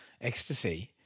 ecstasy